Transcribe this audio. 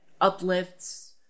uplifts